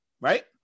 right